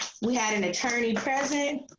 we had an attorney president,